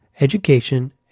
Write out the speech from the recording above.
education